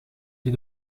die